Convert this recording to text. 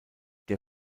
der